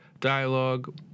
dialogue